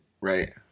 Right